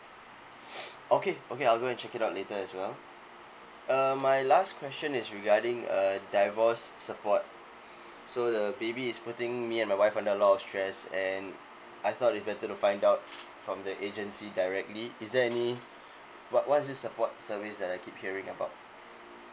okay okay I'll go and check it out later as well err my last question is regarding uh divorce support so the baby is putting me and my wife under a lot of stress and I thought it better to find out from the agency directly is there any what what is this support service that I keep hearing about